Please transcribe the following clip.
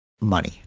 money